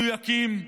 17 טילים מדויקים,